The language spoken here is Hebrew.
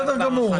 בסדר גמור,